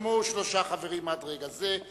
נרשמו שלושה חברים עד רגע זה.